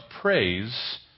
praise